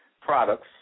products